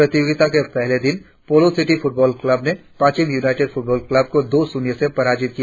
प्रतियोगिता के पहले दिन पोलो सीटी फुटबॉल क्लाब ने पाचिन यूनाईटेड फ़ुटबॉल क्लब को दो शून्य से पराजीत किया